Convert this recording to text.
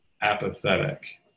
apathetic